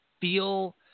feel